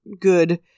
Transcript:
good